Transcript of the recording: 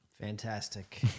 Fantastic